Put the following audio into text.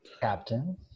Captain